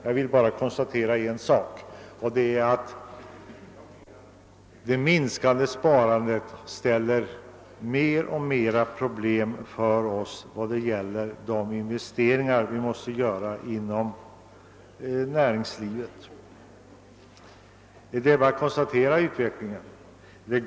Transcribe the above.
Jag vill bara understryka en sak, herr talman, och det är att det minskande sparandet skapar större och större problem i fråga om de investeringar som måste göras inom näringslivet. Det visar den utveckling som skett.